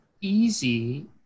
easy